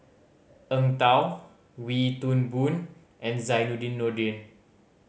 Eng Tow Wee Toon Boon and Zainudin Nordin